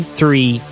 three